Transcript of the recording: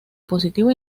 positivo